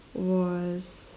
was